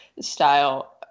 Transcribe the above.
style –